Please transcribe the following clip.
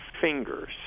fingers